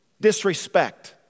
disrespect